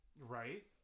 Right